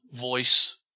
voice